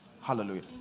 Hallelujah